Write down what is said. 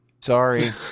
Sorry